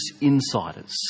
insiders